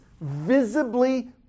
visibly